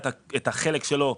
את החלק שלו,